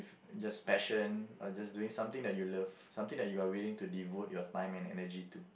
just fashion or just doing something that you love something that you are willing to devote your time and energy to